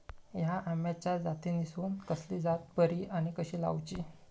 हया आम्याच्या जातीनिसून कसली जात बरी आनी कशी लाऊची?